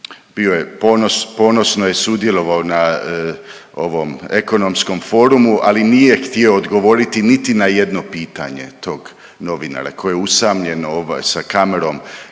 ponos, ponosno je sudjelovao na ovom ekonomskom forumu, ali nije htio odgovoriti niti na jedno pitanje tog novinara koji je usamljen sa kamerom